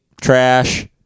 trash